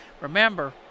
remember